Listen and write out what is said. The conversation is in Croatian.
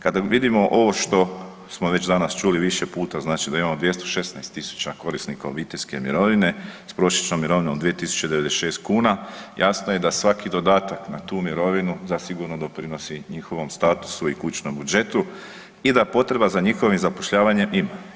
Kada vidimo ovo što smo već danas čuli više puta, znači da imamo 216.000 korisnika obiteljske mirovine s prosječnom mirovinom 2.096 kuna, jasno je da svaki dodatak na tu mirovinu zasigurno doprinosi njihovom statusu i kućnom budžetu i da potreba za njihovim zapošljavanjem ima.